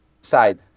side